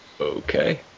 Okay